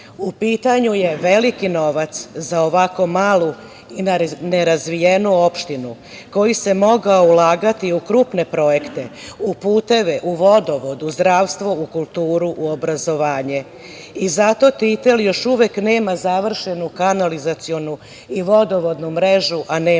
U pitanju je veliki novac za ovako malu i nerazvijenu opštinu koji se mogao ulagati u krupne projekte, u puteve, u vodovod, u zdravstvo, u kulturu, u obrazovanje. Zato Titel još uvek nema završenu kanalizacionu i vodovodnu mrežu, a nema